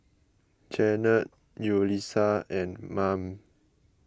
Janette Yulisa and Mame